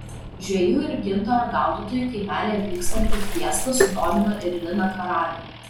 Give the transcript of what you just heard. žvejų ir gintaro gaudytojų kaimelyje vykstanti fiesta sudomino ir liną karalių